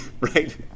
right